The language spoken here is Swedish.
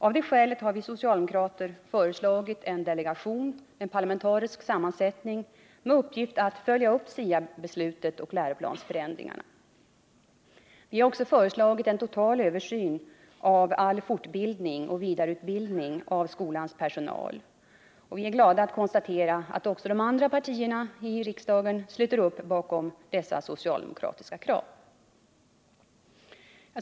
Av det skälet har vi socialdemokrater föreslagit en delegation med parlamentarisk sammansättning med uppgift att följa upp SIA-beslutet och läroplansförändringarna. Vi har också föreslagit en total översyn av all fortbildning och vidareutbildning av skolans personal. Vi är glada att konstatera att också de andra partierna i riksdagen sluter upp bakom dessa socialdemokratiska krav.